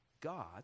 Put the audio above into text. God